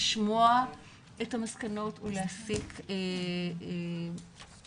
לשמוע את המסקנות ולהסיק מסקנות,